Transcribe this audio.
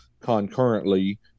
concurrently